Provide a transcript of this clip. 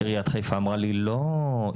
עיריית חיפה אמרה לי: לא,